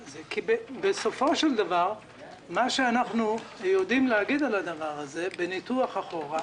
בסופו של דבר מה שאנחנו יודעים להגיד על הדבר הזה בניתוח אחורה,